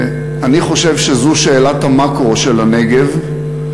אני חושב שזו שאלת המקרו של הנגב,